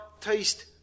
taste